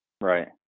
Right